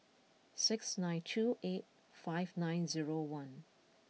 six nine two eight five nine zero one